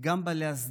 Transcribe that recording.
גם בא להסדיר